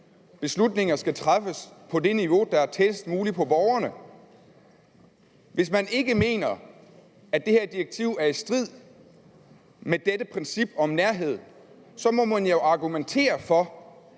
beslutningerne skal træffes på det niveau, der er tættest muligt på borgerne. Hvis man ikke mener, at det her direktiv er i strid med dette princip om nærhed, så må man jo argumentere for,